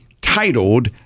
titled